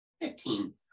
Fifteen